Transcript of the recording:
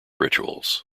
rituals